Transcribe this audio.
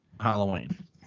Halloween